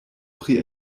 pri